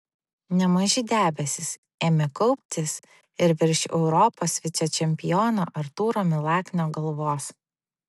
nemaži debesys ėmė kauptis ir virš europos vicečempiono artūro milaknio galvos